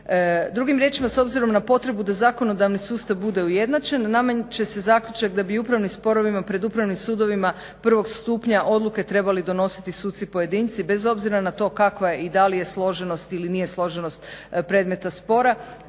Drugim riječima s obzirom na potrebu da zakonodavni sustav bude ujednačen nameće se zaključak da bi upravni sporovima pred upravnim sudovima prvog stupnja odluke trebali donositi suci pojedinci bez obzira na tko kakva je i da li je složenost ili nije složenost predmeta spora